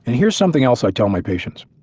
and here's something else i tell my patients.